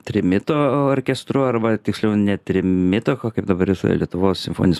trimito orkestru arba tiksliau ne trimito o kaip dabar jis lietuvos simfoninis